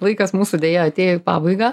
laikas mūsų deja atėjo į pabaigą